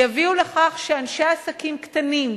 שיביאו לכך שאנשי עסקים קטנים,